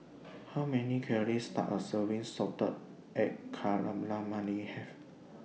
How Many Calories Does A Serving of Salted Egg Calamari Have